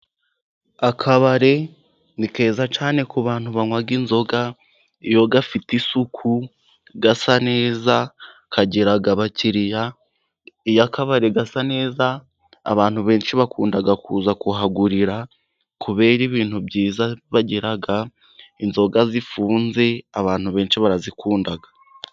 Akabari ni keza cyane ku bantu banywa inzoga, iyo gafite isuku gasa neza kagira abakiriya. Iyo akabari gasa neza abantu benshi bakunda kuza kuhagurira, kubera ibintu byiza bagira. Inzoga zifunze abantu benshi barazikunda.